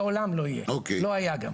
לעולם לא יהיה, לא היה גם.